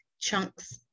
chunks